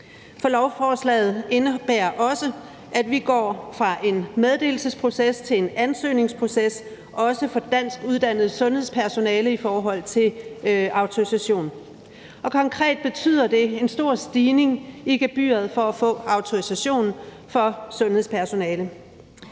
for lovforslaget indebærer også, at vi går fra en meddelelsesproces til en ansøgningsproces, også for danskuddannet sundhedspersonale, i forhold til autorisation. Og konkret betyder det en stor stigning i gebyret for at få autorisationen for sundhedspersonale.